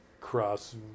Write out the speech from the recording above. cross